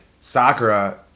Sakura